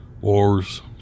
Wars